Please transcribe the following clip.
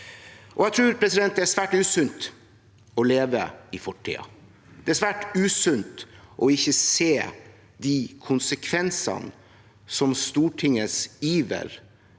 Jeg tror det er svært usunt å leve i fortiden. Det er svært usunt ikke å se de konsekvensene som Stortingets iver